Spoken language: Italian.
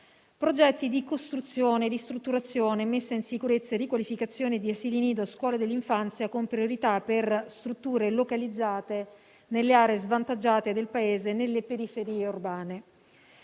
progetti di costruzione, ristrutturazione, messa in sicurezza e riqualificazione di asili nido e scuole dell'infanzia, con priorità per strutture localizzate nelle aree svantaggiate del Paese e nelle periferie urbane.